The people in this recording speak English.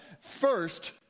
First